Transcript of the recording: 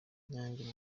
nyange